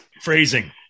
phrasing